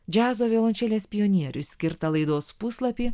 džiazo violončelės pionieriui skirtą laidos puslapį